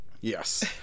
Yes